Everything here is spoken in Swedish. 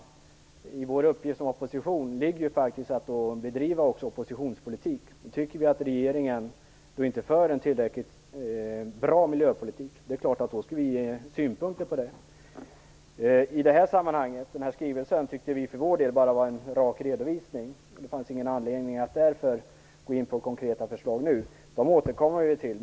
Men vår uppgift som opposition är ju faktiskt att också driva oppositionspolitik. Om vi tycker att regeringen inte för en tillräckligt bra miljöpolitik, är det klart att vi skall framföra våra synpunkter. I det här sammanhanget tycker vi för vår del att skrivelsen är en rak redovisning. Det finns därför ingen anledning att gå in på konkreta förslag nu, utan vi återkommer med dem.